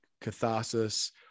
catharsis